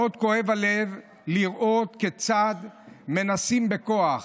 מאוד כואב הלב לראות כיצד מנסים בכוח